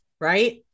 right